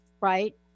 right